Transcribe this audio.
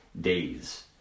days